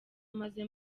maze